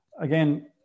again